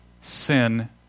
sin